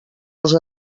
els